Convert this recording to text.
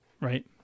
right